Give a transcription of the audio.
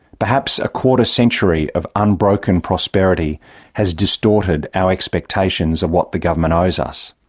perhaps a quarter-century of unbroken prosperity has distorted our expectations of what the government owes us.